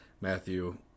Matthew